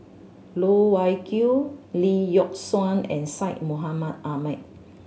Loh Wai Kiew Lee Yock Suan and Syed Mohamed Ahmed